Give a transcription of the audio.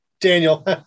Daniel